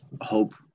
hope